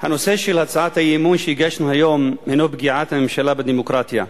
הנושא של הצעת האי-אמון שהגשנו היום הינו פגיעת הממשלה בדמוקרטיה,